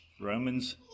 Romans